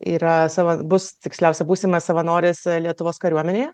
yra savo bus tiksliausia būsimas savanoris lietuvos kariuomenėje